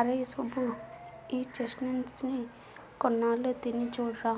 అరేయ్ సుబ్బు, ఈ చెస్ట్నట్స్ ని కొన్నాళ్ళు తిని చూడురా,